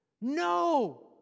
No